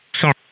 Sorry